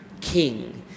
King